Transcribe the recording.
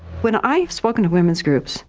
when i've spoken to women's groups,